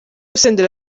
senderi